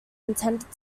intended